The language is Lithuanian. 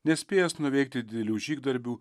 nespėjęs nuveikti didelių žygdarbių